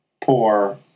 poor